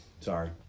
Sorry